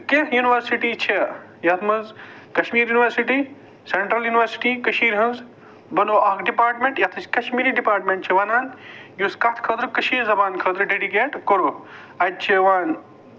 کیٚنٛہہ یونیوَرسٹی چھِ یَتھ منٛز کَشمیٖر یونیورسٹی سینٹرَل یونیورسٹی کٔشیٖرِ ہٕنٛز بَنٮ۪و اکھ ڈِپارٹمٮ۪نٛٹ یَتھ أسۍ کَشمیٖری ڈِپارٹمٮ۪نٛٹ چھِ وَنان یُس کَتھ خٲطرٕ کٔشیٖر زَبان خٲطرٕ ڈیڈِکیٹ کوٚرُکھ اَتہِ چھِ یِوان